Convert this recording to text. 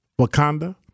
Wakanda